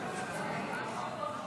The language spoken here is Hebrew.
ההצבעה.